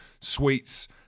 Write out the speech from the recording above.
sweets